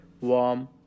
warm